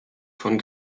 von